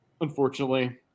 unfortunately